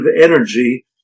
energy